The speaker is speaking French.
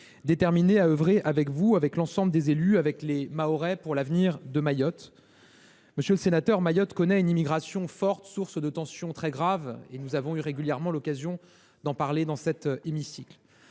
Mayotte, à œuvrer avec vous, avec l’ensemble des élus et avec les Mahorais pour l’avenir de cette île. Mayotte connaît une immigration forte, source de tensions très graves ; nous avons régulièrement eu l’occasion d’en parler dans cet hémicycle.